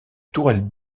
tourelles